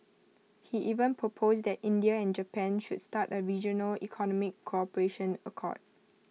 he even proposed that India and Japan should start A regional economic cooperation accord